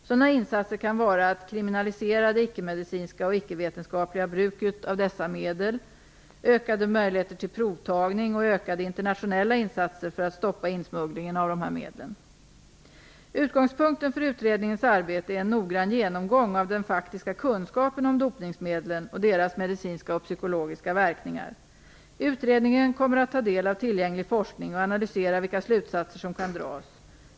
Sådana insatser kan vara att kriminalisera det icke-medicinska och ickevetenskapliga bruket av dessa medel, ökade möjligheter till provtagning och ökade internationella insatser för att stoppa insmugglingen av dessa medel. Utgångspunkten för utredningens arbete är en noggrann genomgång av den faktiska kunskapen om dopningsmedlen och deras medicinska och psykologiska verkningar. Utredningen kommer att ta del av tillgänglig forskning och analysera vilka slutsatser som kan dras.